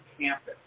campus